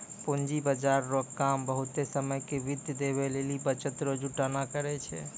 पूंजी बाजार रो काम बहुते समय के वित्त देवै लेली बचत रो जुटान करै छै